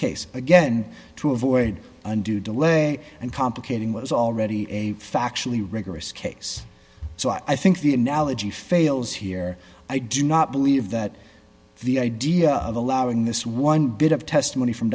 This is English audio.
case again to avoid undue delay and complicating what is already a factually rigorous case so i think the analogy fails here i do not believe that the idea of allowing this one bit of testimony from